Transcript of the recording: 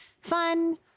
fun